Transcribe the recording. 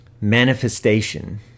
Manifestation